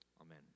Amen